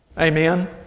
Amen